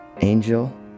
angel